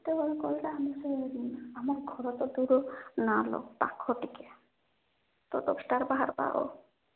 କେତେବଳେ କହିଲା ଆମ ସେ ଆମ ଘର ତ ଦୂର ନାଲୋ ପାଖ ଟିକେ ଦଶଟାରେ ବାହାରିବା ଆଉ